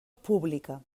pública